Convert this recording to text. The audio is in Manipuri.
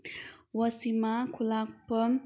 ꯋꯥꯁꯤꯃꯥ ꯈꯨꯜꯂꯥꯛꯄꯝ